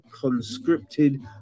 conscripted